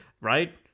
right